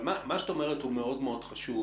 אבל מה שאת אומרת הוא מאוד מאוד חשוב